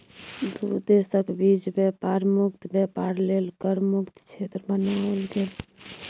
दू देशक बीच बेपार मुक्त बेपार लेल कर मुक्त क्षेत्र बनाओल गेल